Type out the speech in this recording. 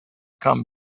come